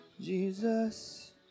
Jesus